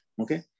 Okay